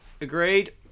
Agreed